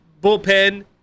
bullpen